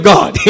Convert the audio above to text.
God